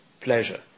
pleasure